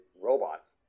robots